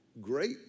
great